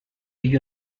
you